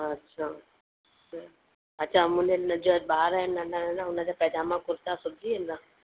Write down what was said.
अच्छा अच्छा मुंहिंजे मुंहिंजा ॿार आहिनि नंढा नंढा हुन जा पैजामा कुर्ता सिबजी वेंदा